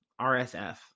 RSF